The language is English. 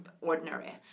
ordinary